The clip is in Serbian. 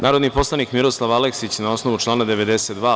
Narodni poslanik Miroslav Aleksić, na osnovu člana 92.